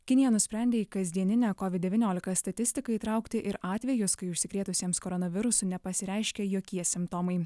kinija nusprendė į kasdieninę covid devyniolika statistiką įtraukti ir atvejus kai užsikrėtusiems koronavirusu nepasireiškia jokie simptomai